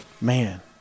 Man